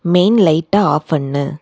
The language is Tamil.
மெயின் லைட்டை ஆஃப் பண்ணு